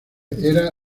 era